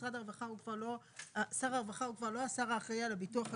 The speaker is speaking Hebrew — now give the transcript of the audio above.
שר הרווחה הוא כבר לא השר האחראי על הביטוח הלאומי,